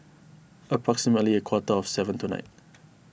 approximately a quarter to seven tonight